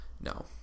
no